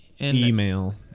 email